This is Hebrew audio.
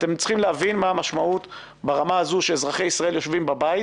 אתם צריכים להבין מה המשמעות לכל אמירה שלכם כשאזרחי ישראל יושבים בבית,